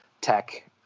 tech